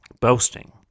boasting